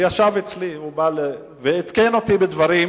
ישב אצלי ועדכן אותי בדברים,